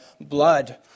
blood